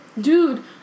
Dude